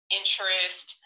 interest